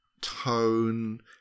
tone